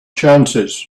chances